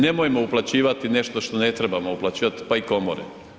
Nemojmo uplaćivati nešto što ne trebamo uplaćivati pa i komore.